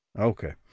Okay